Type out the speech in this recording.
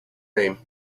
name